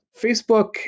Facebook